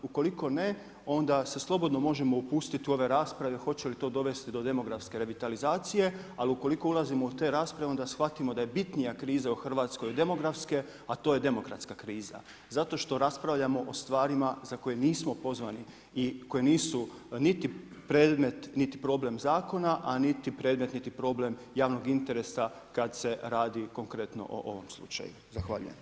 Ukoliko ne, onda se slobodno možemo upustiti u ove rasprave hoće li to dovesti do demografske revitalizacije, ali ukoliko ulazimo u to rasprave, onda shvatimo da je bitnija kriza u Hrvatskoj od demografske, a to je demokratska kriza zato što raspravljamo o stvarima za koje nismo pozvani i koje nisu niti predmet niti problem zakona a niti predmet niti problem javnog interesa kad se radi konkretno o ovom slučaju.